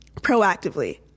proactively